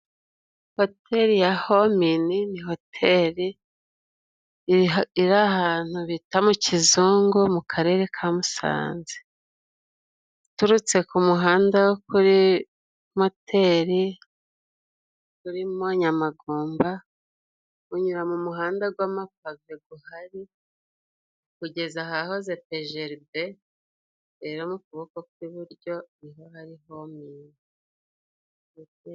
Hoteli ya Homeni ni hoteli iri ahantu bita mu kizungu, mu Karere ka Musanze, uturutse ku muhanda wo kuri moteri kuri mo Nyamagumba. Unyura mu muhanda gw'amapave guhari, kugeza ahahoze Pejeribe, rero mu kuboko kw'iburyo ni ho hari Homeni.